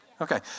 Okay